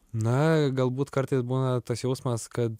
na galbūt kartais būna tas jausmas kad